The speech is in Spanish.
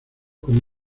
como